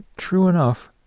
true enough.